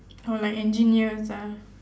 or like engineers ah